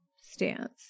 stance